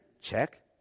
Check